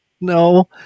No